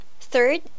Third